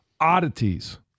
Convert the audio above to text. oddities